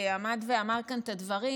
שעמד ואמר כאן את הדברים,